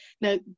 now